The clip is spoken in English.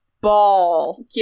Ball